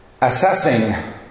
assessing